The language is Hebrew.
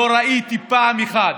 אין משמעת,